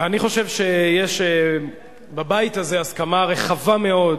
אני חושב שיש בבית הזה הסכמה רחבה מאוד,